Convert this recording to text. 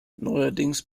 neuerdings